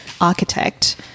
architect